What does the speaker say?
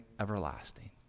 everlasting